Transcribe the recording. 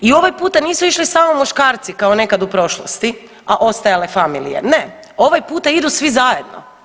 I ovaj puta nisu išli samo muškarci kao nekad u prošlosti, a ostajale familije, ne ovaj puta idu svi zajedno.